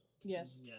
Yes